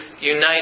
unite